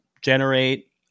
generate